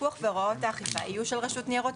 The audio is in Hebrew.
הפיקוח והוראות האכיפה יהיו של רשות ניירות